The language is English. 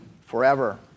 forever